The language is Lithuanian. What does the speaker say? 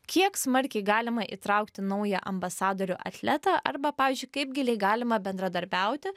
kiek smarkiai galima įtraukti naują ambasadorių atletą arba pavyzdžiui kaip giliai galima bendradarbiauti